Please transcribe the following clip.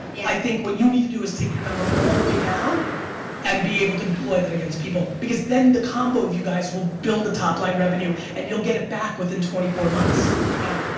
yeah i think what you need to do is take your number all the way down and be able to deploy that against people because then the combo of you guys will build the top line revenue and you'll get it back within twenty four months. yeah.